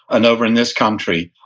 and over in this country,